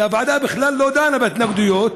שהוועדה בכלל לא דנה בהתנגדויות,